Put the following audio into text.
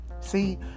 See